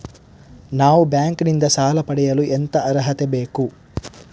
ನಾವು ಬ್ಯಾಂಕ್ ನಿಂದ ಸಾಲ ಪಡೆಯಲು ಎಂತ ಅರ್ಹತೆ ಬೇಕು?